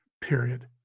period